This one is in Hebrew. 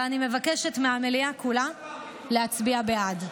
ואני מבקשת מהמליאה כולה להצביע בעד.